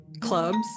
clubs